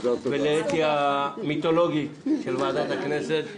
ולאתי - המיתולוגית של ועדת הכנסת.